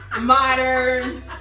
modern